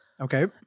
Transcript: Okay